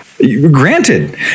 Granted